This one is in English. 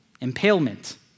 Impalement